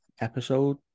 episode